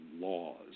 laws